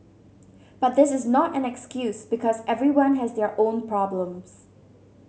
but this is not an excuse because everyone has their own problems